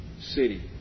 city